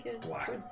black